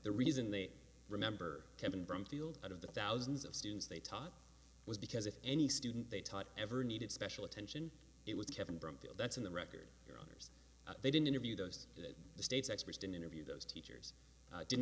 the reason they remember kevin bromfield out of the thousands of students they taught was because if any student they taught ever needed special attention it was kevin brumfield that's on the record here they didn't interview those states experts didn't interview those teachers didn't